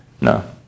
No